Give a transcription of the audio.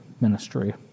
ministry